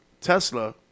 Tesla